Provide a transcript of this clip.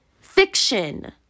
fiction